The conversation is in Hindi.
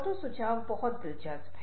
ऑटो सुझाव बहुत दिलचस्प है